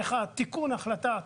תיקון החלטת